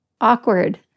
awkward